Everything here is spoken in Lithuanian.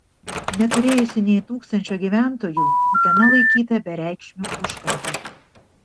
neturėjusi nė tūkstančio gyventojų utena laikyta bereikšmiu užkampiu